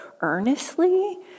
earnestly